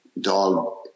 dog